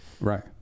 Right